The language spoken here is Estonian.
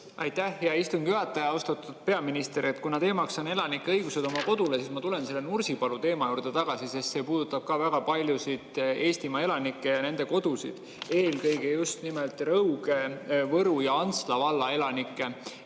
Aitäh, hea istungi juhataja! Austatud peaminister! Kuna teema on elanike õigused oma kodule, siis ma tulen selle Nursipalu teema juurde tagasi, sest see puudutab ka väga paljusid Eestimaa elanikke ja nende kodusid, eelkõige Rõuge, Võru ja Antsla valla elanikke.